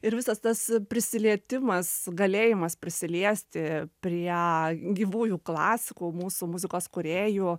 ir visas tas prisilietimas galėjimas prisiliesti prie gyvųjų klasikų mūsų muzikos kūrėjų